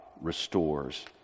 restores